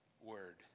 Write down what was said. word